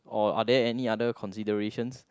or are there any other considerations